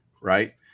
right